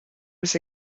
was